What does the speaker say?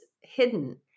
hidden